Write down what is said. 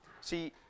See